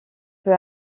peu